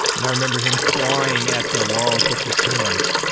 and i remember him clawing at the walls with his hands.